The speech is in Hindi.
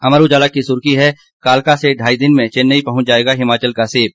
अमर उजाला की सुर्खी है कालका से ढाई दिन में चेन्नई पहुंच जाएगा हिमाचल का सेब